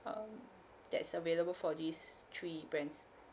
um that's available for these three brands